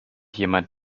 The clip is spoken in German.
jemand